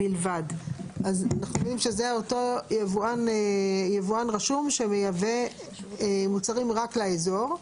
בלבד."; אנחנו מבינים שזה אותו יבואן רשום שמייבא מוצרים רק לאזור.